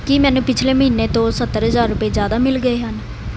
ਕੀ ਮੈਨੂੰ ਪਿਛਲੇ ਮਹੀਨੇ ਤੋਂ ਸੱਤਰ ਹਜ਼ਾਰ ਰੁਪਏ ਜ਼ਿਆਦਾ ਮਿਲ ਗਏ ਹਨ